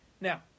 Now